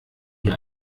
hier